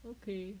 okay